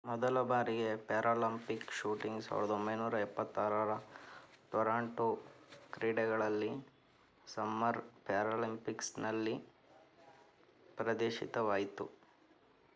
ಮೊದಲ ಬಾರಿಗೆ Paralympic shooting ಸಾವಿರ್ದ ಒಂಬೈನೂರ ಎಪ್ಪತ್ತಾರರ ಟೊರಾಂಟೋ ಕ್ರೀಡೆಗಳಲ್ಲಿ ಸಮ್ಮರ್ ಪ್ಯಾರಾಲಿಂಪಿಕ್ಸ್ನಲ್ಲಿ ಪ್ರದರ್ಶಿತವಾಯ್ತು